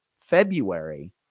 February